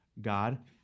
God